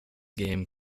game